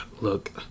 look